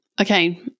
Okay